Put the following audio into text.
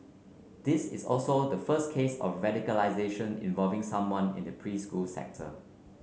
this is also the first case of radicalisation involving someone in the preschool sector